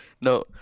No